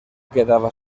quedava